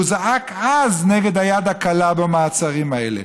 הוא זעק אז נגד היד הקלה במעצרים האלה.